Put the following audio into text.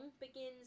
begins